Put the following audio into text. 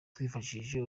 twifashishije